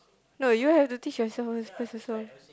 no you have to teach yourself first first also